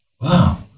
Wow